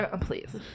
Please